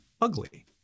ugly